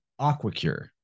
Aquacure